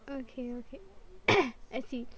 okay okay let's see